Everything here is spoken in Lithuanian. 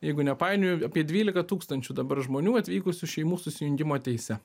jeigu nepainioju apie dvylika tūkstančių dabar žmonių atvykusių šeimų susijungimo teise